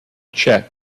czech